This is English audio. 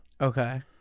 Okay